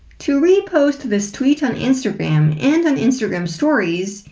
to repost this tweet on instagram and on instagram stories,